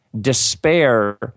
Despair